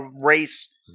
race